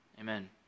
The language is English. Amen